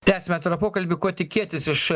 tęsiam atvirą pokalbį ko tikėtis iš